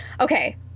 okay